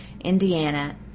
Indiana